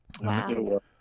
Wow